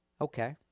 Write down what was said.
Okay